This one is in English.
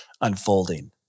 unfolding